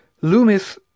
Loomis